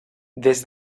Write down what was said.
des